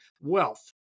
Wealth